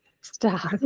Stop